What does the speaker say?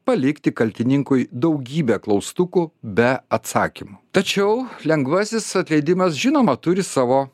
palikti kaltininkui daugybę klaustukų be atsakymų tačiau lengvasis atleidimas žinoma turi savo